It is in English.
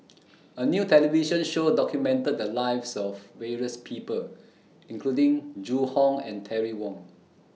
A New television Show documented The Lives of various People including Zhu Hong and Terry Wong